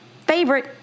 favorite